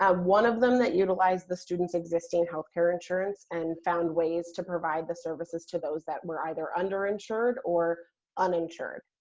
ah one of them that utilized the students existing healthcare insurance and found ways to provide the services to those that were either underinsured or uninsured.